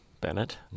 Bennett